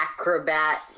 acrobat